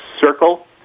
circle